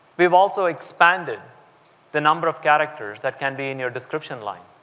we've also expanded the number of characters that can be in your description line.